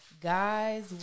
guys